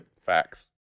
Facts